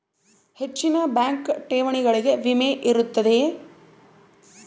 ಹೆಚ್ಚಿನ ಬ್ಯಾಂಕ್ ಠೇವಣಿಗಳಿಗೆ ವಿಮೆ ಇರುತ್ತದೆಯೆ?